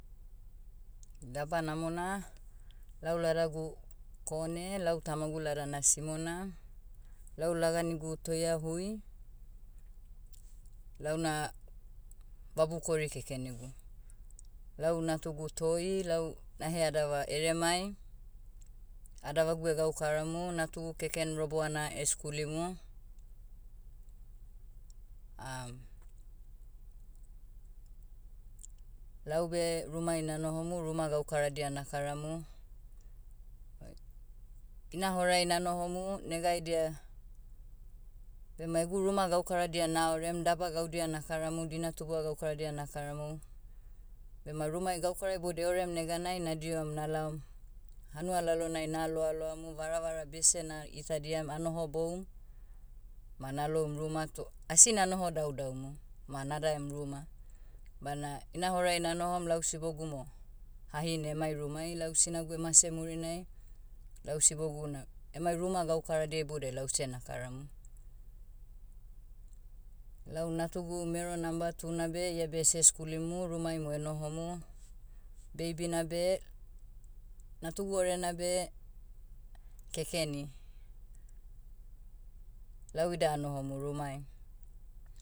Daba namona. Lau ladagu, kone lau tamagu ladana simona. Lau laganigu toia hui. Launa, vabukori kekenigu. Lau natugu toi lau, naheadava eremai. Adavagu egaukaramu natugu keken roboana eskulimu. laube rumai nanohomu ruma gaukaradia nakaramu. Ina horai nanohomu, negaidia, bema egu ruma gaukaradia naorem daba gaudia nakaramu dinatubua gaukaradia nakaramu. Bema rumai gaukara ibodia eorem neganai nadihom nalaom, hanua lalonai naha loaloamu varavara bese na itadiam anohoboum, ma naloum ruma toh asi nanoho daudaumu, ma daem ruma. Bana, ina horai nanohom lau sibogu mo, hahine emai rumai lau sinagu emase murinai, lau sibogu na, emai ruma gaukaradia iboudiai lause nakaramu. Lau natugu mero number tu na iabe seh skulimu rumai mo enohomu. Baby'na beh, natugu orena beh, kekeni. Lau ida anohomu rumai.